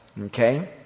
okay